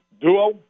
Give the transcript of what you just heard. duo